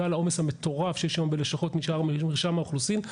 לעומס המטורף שיש היום בלשכות מרשם האוכלוסין.